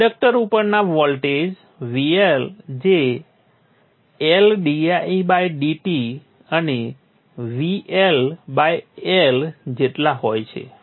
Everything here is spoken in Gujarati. ઇન્ડક્ટર ઉપરના વોલ્ટેજ VL જે L didt અને VL L જેટલા હોય છે